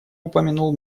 упомянул